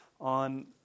on